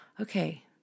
okay